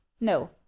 no